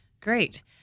Great